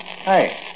Hey